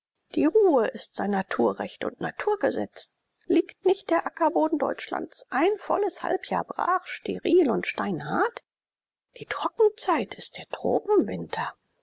die ruhe ist sein naturrecht und naturgesetz liegt nicht der ackerboden deutschlands ein volles halbjahr brach steril und steinhart die trockenzeit ist der